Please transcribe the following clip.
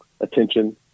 attention